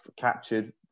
captured